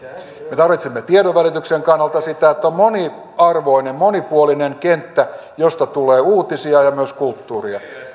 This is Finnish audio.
me tarvitsemme tiedonvälityksen kannalta sitä että on moniarvoinen monipuolinen kenttä josta tulee uutisia ja myös kulttuuria